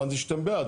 הבנתי שאתם בעד,